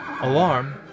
alarm